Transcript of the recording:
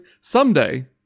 Someday